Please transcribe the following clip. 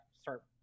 start